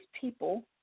people